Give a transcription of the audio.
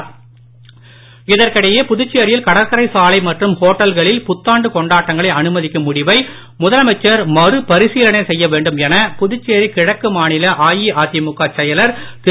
அன்பழகன் இதற்கிடையேபுதுச்சேரியில்கடற்கரைசாலைமற்றும்ஹோட்டல்களி ல்புத்தாண்டுகொண்டாட்டங்களைஅனுமதிக்கும்முடிவைமுதலமைச்சர்மறு பரிசீலனைசெய்யவேண்டும்எனபுதுச்சேரிகிழக்குமாநிலஅஇஅதிமுகசெய லர்திரு